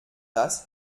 das